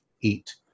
eat